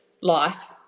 life